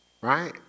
right